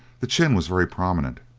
the chin was very prominent,